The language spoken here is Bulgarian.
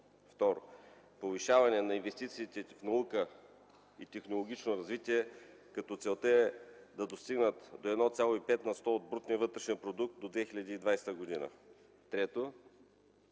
2. Повишаване на инвестициите в наука и технологично развитие като целта е да достигнат до 1,5 на сто от брутния вътрешен продукт до 2020 г. 3.